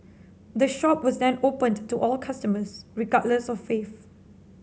the shop was then opened to all customers regardless of faith